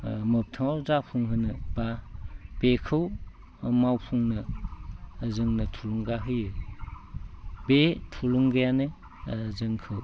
मोगथाङाव जाफुंहोनो बा बेखौ मावफुंनो जोंनो थुलुंगा होयो बे थुलुंगायानो जोंखौ